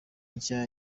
nshya